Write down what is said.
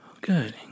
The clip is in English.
Good